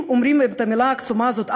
אם אומרים את המילה הקסומה הזאת,